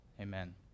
Amen